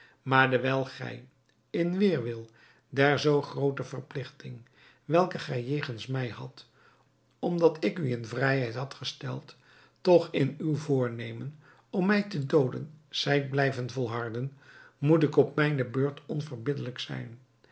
maar dewijl gij in weêrwil der zoo groote verpligting welke gij jegens mij hadt omdat ik u in vrijheid had gesteld toch in uw voornemen om mij te dooden zijt blijven volharden moet ik op mijne beurt onverbiddelijk zijn